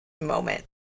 moment